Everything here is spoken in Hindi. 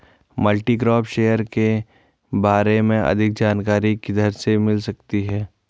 मल्टीक्रॉप थ्रेशर के बारे में अधिक जानकारी किधर से मिल सकती है?